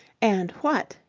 and what,